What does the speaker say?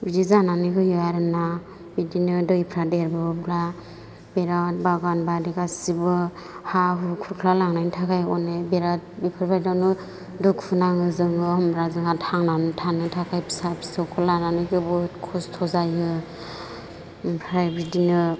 बिदि जानानै होयो आरोना बिदिनो दैफोरा देरबोब्ला बिराद बागान बारि गासैबो हा हु खुरख्ला लांनायनि थाखाय अनेक बेराद बेफोरबायदियावनो दुखु नाङो जोङो होनब्ला जोंहा थांनानै थानो थाखाय फिसा फिसौखौ लानानै जोबोद खस्त' जायो ओमफ्राय बिदिनो